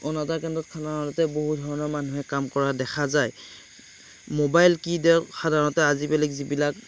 অনাতাঁৰ কেন্দ্ৰখনতে বহু ধৰণৰ মানুহে কাম কৰা দেখা যায় ম'বাইল কীডক সাধাৰণতে আজিকালি যিবিলাক